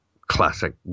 classic